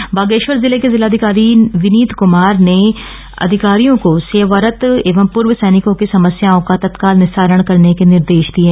बैठक बागेश्वर जिले के जिलाधिकारी विनीत कमार ने अधिकारियों को सेवारत एवं पूर्व सैनिको की समस्याओं का तत्काल निस्तारण करने के निर्देश दिये